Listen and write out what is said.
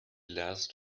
last